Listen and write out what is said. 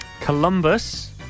Columbus